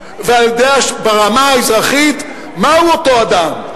וברמה האזרחית מהו אותו אדם,